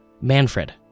Manfred